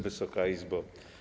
Wysoka Izbo!